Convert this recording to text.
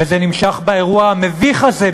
וזה נמשך באירוע המביך הזה,